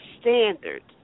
standards